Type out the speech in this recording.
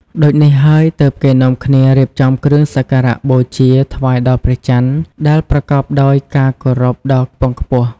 ដូចនេះហើយទើបគេនាំគ្នារៀបចំគ្រឿងសក្ការៈបូជាថ្វាយដល់ព្រះច័ន្ទ ដែលប្រកបដោយការគោរពដ៏ខ្ពង់ខ្ពស់។